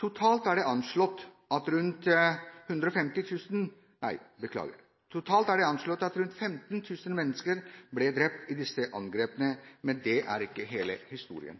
Totalt er det anslått at rundt 15 000 mennesker ble drept i disse angrepene, men det er ikke hele historien.